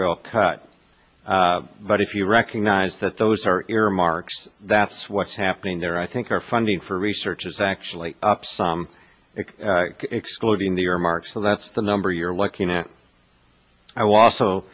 real cut but if you recognize that those are earmarks that's what's happening there i think our funding for research is actually up some it's excluding the earmarks so that's the number you're looking at i was so